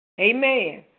Amen